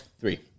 Three